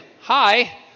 Hi